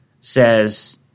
says